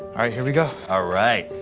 alright, here we go. alright.